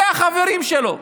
אלה החברים שלו.